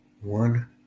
One